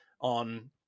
on